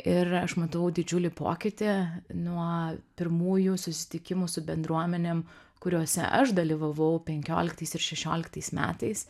ir aš matau didžiulį pokytį nuo pirmųjų susitikimų su bendruomenėm kuriuose aš dalyvavau penkioliktais ir šešioliktais metais